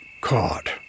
caught